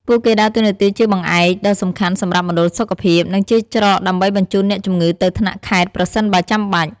ពួកគេដើរតួនាទីជាបង្អែកដ៏សំខាន់សម្រាប់មណ្ឌលសុខភាព និងជាច្រកដើម្បីបញ្ជូនអ្នកជំងឺទៅថ្នាក់ខេត្តប្រសិនបើចាំបាច់។